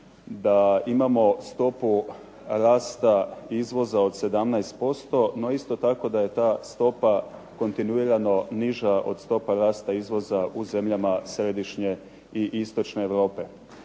da imao stopu rasta izvoza od 17%, no isto tako da je ta stopa kontinuirano niža od stopa rasta izvoza u zemljama središnje i istočne Europe.